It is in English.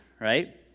right